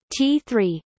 T3